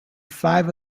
five